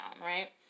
right